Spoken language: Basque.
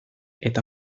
eta